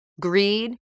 greed